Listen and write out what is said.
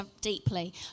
deeply